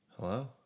Hello